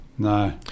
No